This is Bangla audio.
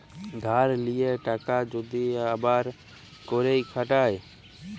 ধার লিয়া টাকা যদি আবার ক্যইরে খাটায়